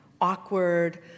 awkward